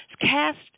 cast